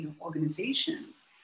organizations